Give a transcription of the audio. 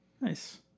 Nice